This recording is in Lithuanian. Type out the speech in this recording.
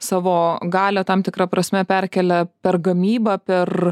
savo galią tam tikra prasme perkelia per gamybą per